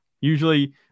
Usually